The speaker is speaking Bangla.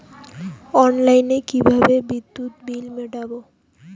অনলাইনে কিভাবে বিদ্যুৎ বিল মেটাবো?